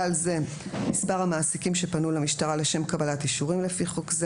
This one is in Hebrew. זה: מספר המעסיקים שפנו למשטרה לשם קבלת אישורים לפי חוק זה.